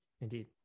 indeed